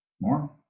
More